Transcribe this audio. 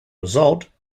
result